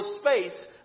space